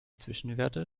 zwischenwerte